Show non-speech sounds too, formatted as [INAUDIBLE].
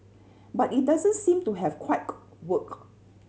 but it doesn't seem to have [UNINTELLIGIBLE] worked